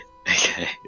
Okay